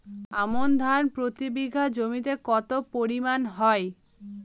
আমন ধান প্রতি বিঘা জমিতে কতো পরিমাণ হয়?